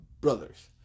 brothers